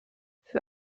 für